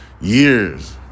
years